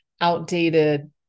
outdated